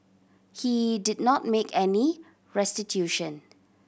he did not make any restitution